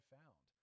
found